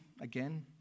again